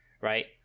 right